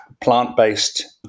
plant-based